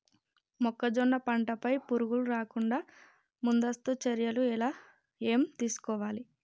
మొక్కజొన్న పంట పై పురుగు రాకుండా ముందస్తు చర్యలు ఏం తీసుకోవాలి?